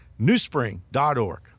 newspring.org